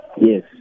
Yes